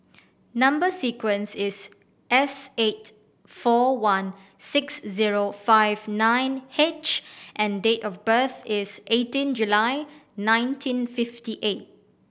number sequence is S eight four one six zero five nine H and date of birth is eighteen July nineteen fifty eight